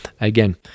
again